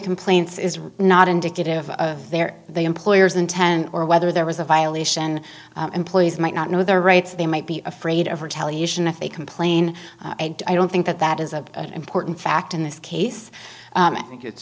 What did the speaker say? complaints is not indicative of their employer's intent or whether there was a violation employees might not know their rights they might be afraid of retaliation if they complain and i don't think that that is a important fact in this case i think it's